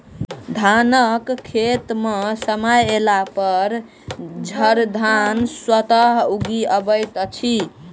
धानक खेत मे समय अयलापर झड़धान स्वतः उगि अबैत अछि